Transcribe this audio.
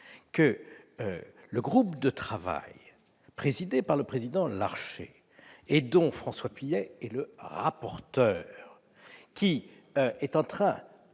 que le groupe de travail présidé par Gérard Larcher et dont François Pillet est le rapporteur, qui poursuit